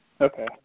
Okay